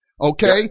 Okay